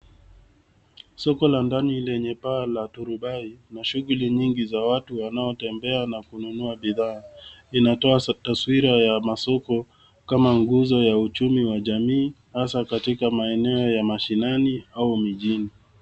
Soko la ndani lenye paa la turubai, na shughuli nyingi za watu wanaotembea na kununua bidhaa. Linatoa taswira ya masoko kama nguzo ya uchumi wa jamii, hasa katika maeneo ya mashinani au mijini.